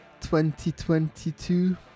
2022